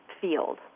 field